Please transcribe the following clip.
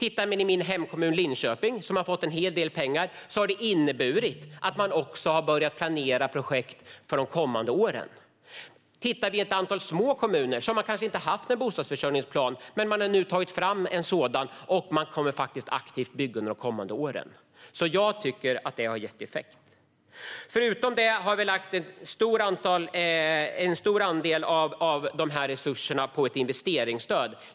I min hemkommun Linköping, som har fått en hel del pengar, har bonusen inneburit att man också har börjat att planera projekt för de kommande åren. Ett antal små kommuner har kanske inte tidigare haft någon bostadsförsörjningsplan men har nu tagit fram en sådan och kommer att aktivt bygga under de kommande åren. Jag tycker att kommunbonusen har gett effekt. Förutom detta har vi lagt en stor andel av dessa resurser på ett investeringsstöd.